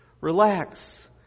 relax